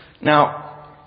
now